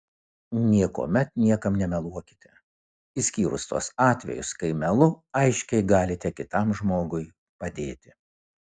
niekuomet niekam nemeluokite išskyrus tuos atvejus kai melu aiškiai galite kitam žmogui padėti